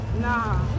Nah